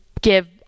give